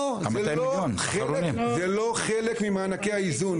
לא, לא, זה לא חלק ממענקי האיזון.